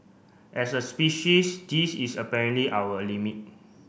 as a species this is apparently our limit